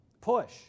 push